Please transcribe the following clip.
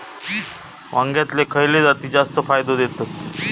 वांग्यातले खयले जाती जास्त फायदो देतत?